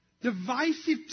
Divisive